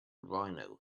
rhino